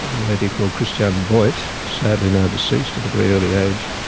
lady called christiane voit, sadly now deceased at a very early age,